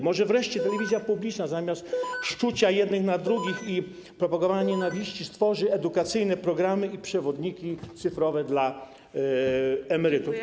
Może wreszcie telewizja publiczna zamiast szczucia jednych na drugich i propagowania nienawiści stworzy edukacyjne programy i przewodniki cyfrowe dla emerytów?